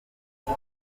kazi